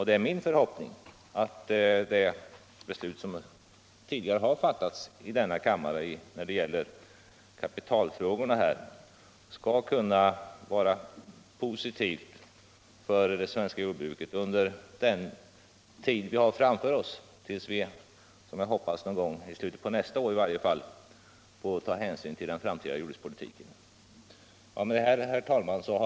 Det är min förhoppning att det beslut som tidigare har fattats i denna kammare i kapitalfrågorna skall vara positivt för det svenska jordbruket under den tid vi har framför oss tills vi — som jag hoppas — någon gång i slutet på nästa år får ta ställning till den framtida jordbrukspolitiken. Herr talman!